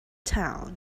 town